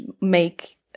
make